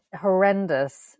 horrendous